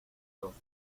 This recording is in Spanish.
doce